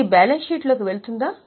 ఇది బ్యాలెన్స్ షీట్లో కి వెళ్తుందా